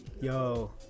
yo